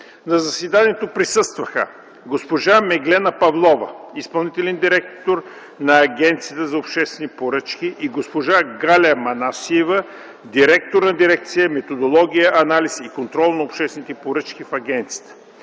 На заседанието присъстваха госпожа Меглена Павлова – изпълнителен директор на Агенцията за обществени поръчки, и госпожа Галя Манасиева – директор на дирекция „Методология, анализ и контрол на обществените поръчки” в агенцията.